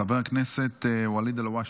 חבר הכנסת ואליד אלהואשלה,